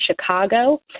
Chicago